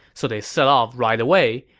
so they set off right away.